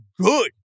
good